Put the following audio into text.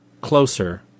closer